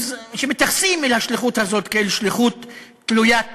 שמתייחסים אל השליחות הזאת כאל שליחות תלוית